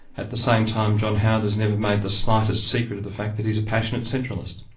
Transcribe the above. at the same time, john howard has never made the slightest secret of the fact that he's a passionate centralist.